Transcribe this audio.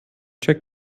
check